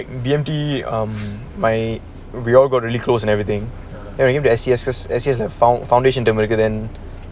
I remember like B_M_T um my we all got really close and everything and you have to A_C_S found~ foundation domenica